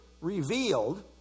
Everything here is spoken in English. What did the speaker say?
revealed